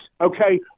okay